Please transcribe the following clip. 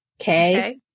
Okay